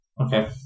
Okay